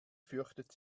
fürchtet